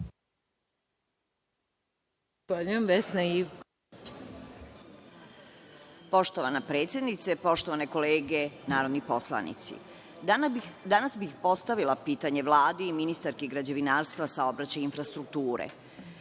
Poštovana predsednice, poštovane kolege narodni poslanici, danas bih postavila pitanje Vladi i ministarki građevinarstva, saobraćaja i infrastrukture.U